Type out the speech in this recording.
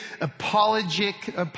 apologetic